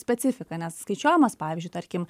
specifika nes skaičiuojamas pavyzdžiui tarkim